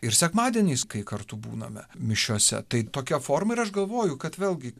ir sekmadieniais kai kartu būname mišiose tai tokia forma ir aš galvoju kad vėlgi